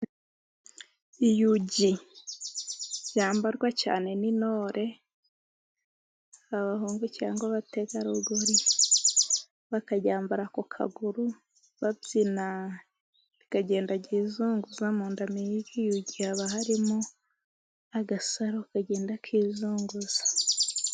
Iyugi ryambarwa cyane n'intore, abahungu cyangwa abategarugori, bakajyambara ku kaguru, babyina rikagenda ryizunguza. Mu nda h'iyugi haba harimo agasaro kagenda kizunguza.